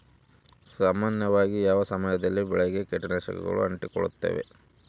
ಸಾಮಾನ್ಯವಾಗಿ ಯಾವ ಸಮಯದಲ್ಲಿ ಬೆಳೆಗೆ ಕೇಟನಾಶಕಗಳು ಅಂಟಿಕೊಳ್ಳುತ್ತವೆ?